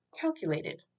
calculated